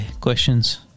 questions